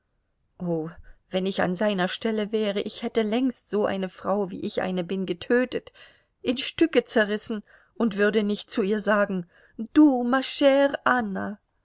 wenn ich an seiner stelle wäre ich hätte längst so eine frau wie ich eine bin getötet in stücke zerrissen und würde nicht zu ihr sagen du ma